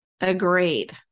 agreed